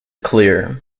clear